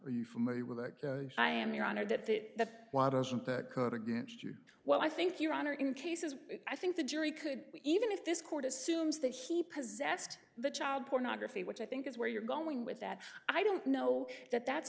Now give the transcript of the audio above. are you familiar with that i am your honor that that the why doesn't that cut against you what i think your honor in cases i think the jury could even if this court assumes that he possessed the child pornography which i think is where you're going with that i don't know that that's